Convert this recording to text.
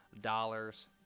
dollars